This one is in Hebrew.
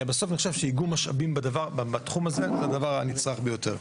בסוף אני חושב שאיגום משאבים בתחום הזה זה הדבר הנצרך ביותר.